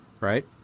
Right